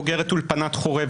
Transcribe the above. בוגרת אולפנת חורב.